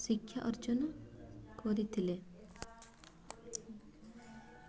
ଶିକ୍ଷା ଅର୍ଜନ କରିଥିଲେ